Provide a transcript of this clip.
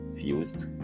fused